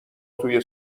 توی